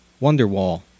Wonderwall